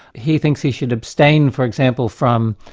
he thinks he should abstain, for example, from